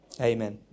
Amen